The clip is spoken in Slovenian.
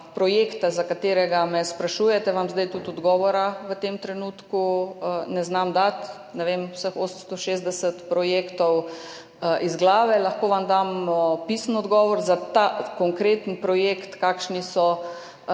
projekta, za katerega me sprašujete, vam zdaj tudi odgovora v tem trenutku ne znam dati. Ne vem vseh 860 projektov iz glave. Lahko vam damo pisni odgovor za ta konkreten projekt, kakšni so